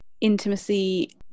intimacy